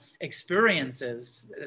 experiences